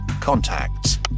contacts